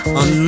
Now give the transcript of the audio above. on